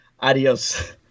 Adios